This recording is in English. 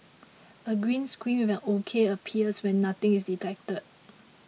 a green screen with an ok appears when nothing is detected